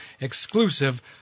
exclusive